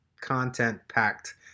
content-packed